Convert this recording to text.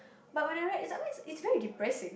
but when I read it's like what it's very depressing